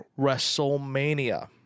wrestlemania